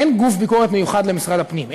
אין גוף ביקורת מיוחד למשרד הפנים,